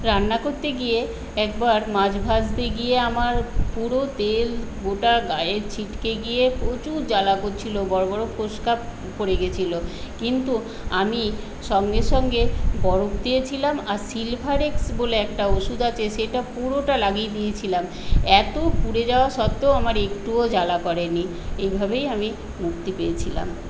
রান্না করতে গিয়ে একবার মাছ ভাজতে গিয়ে আমার পুরো তেল গোটা গায়ে ছিটকে গিয়ে প্রচুর জ্বালা করছিল বড় বড় ফোস্কা পড়ে গেছিল কিন্তু আমি সঙ্গে সঙ্গে বরফ দিয়েছিলাম আর সিল্ভারেস্ক বলে একটা ওষুধ আছে সেটা পুরোটা লাগিয়ে দিয়েছিলাম এত পুড়ে যাওয়া সত্ত্বেও আমার একটুও জ্বালা করেনি এইভাবেই আমি মুক্তি পেয়েছিলাম